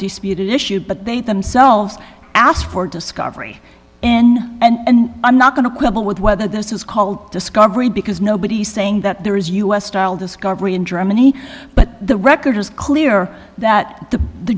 disputed issue but they themselves asked for discovery and and i'm not going to quibble with whether this is called discovery because nobody's saying that there is u s style discovery in germany but the record is clear that the